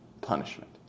punishment